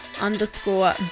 underscore